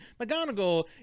McGonagall